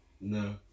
No